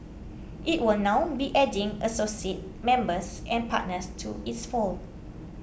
it will now be adding associate members and partners to its fold